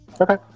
Okay